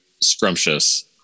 scrumptious